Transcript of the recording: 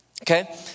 okay